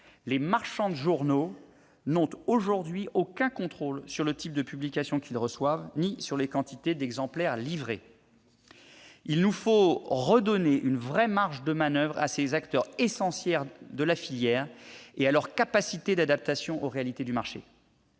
les marchands de journaux n'ont aujourd'hui aucun contrôle sur le type de publications qu'ils reçoivent, ni sur les quantités d'exemplaires livrées. Il nous faut rendre une vraie marge de manoeuvre à ces acteurs essentiels de la filière, ainsi qu'à leurs capacités d'adaptation aux réalités du marché.